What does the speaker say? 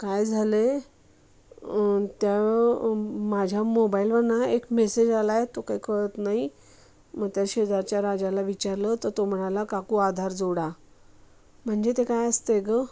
काय झालं आहे त्या माझ्या मोबाईलवर ना एक मेसेज आला आहे तो काय कळत नाही मग त्या शेजारच्या राजाला विचारलं तर तो म्हणाला काकू आधार जोडा म्हणजे ते काय असतं आहे गं